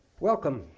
welcome.